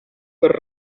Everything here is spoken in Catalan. per